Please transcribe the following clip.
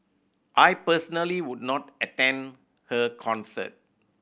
I personally would not attend her concert